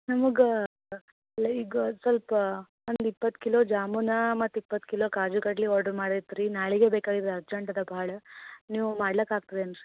ನಮಗೆ ಸ್ವಲ್ಪ ಒಂದು ಇಪ್ಪತ್ತು ಕಿಲೋ ಜಾಮೂನಾ ಮತ್ತೆ ಇಪ್ಪತ್ತು ಕಿಲೋ ಕಾಜು ಕಡ್ಲಿ ಆರ್ಡ್ರ್ ಮಾಡೈತೆ ರೀ ನಾಳೆಗೆ ಬೇಕಾಗದ ಅರ್ಜಂಟ್ ಅದೆ ಭಾಳ ನೀವು ಮಾಡ್ಲಿಕಾಗ್ತದ ಏನು ರೀ